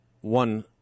one